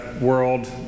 world